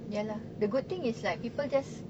ya lah the good thing is like people just